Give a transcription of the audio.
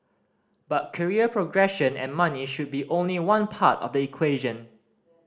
but career progression and money should be only one part of the equation